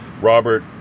Robert